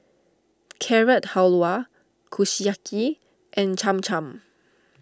Carrot Halwa Kushiyaki and Cham Cham